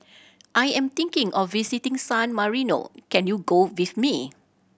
I am thinking of visiting San Marino can you go with me